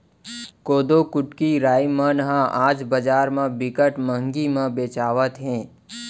कोदो, कुटकी, राई मन ह आज बजार म बिकट महंगी म बेचावत हे